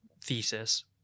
thesis